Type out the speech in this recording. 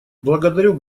благодарю